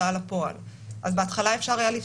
בזמנו בר אופיר שהיה רשם הוצאה לפועל הרבה שנים והיה שופט